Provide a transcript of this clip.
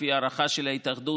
לפי ההערכה של ההתאחדות,